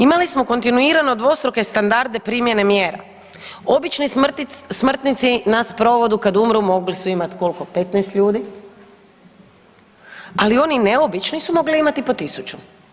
Imali smo kontinuirano dvostruke standarde primjene mjere,a obični smrtnici na sprovodu kad umru, mogli su imat koliko, 15 ljudi, ali oni ne obični su mogli imat po 1000.